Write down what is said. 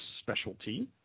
specialty